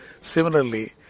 Similarly